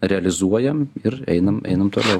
realizuojam ir einam einam toliau